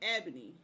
Ebony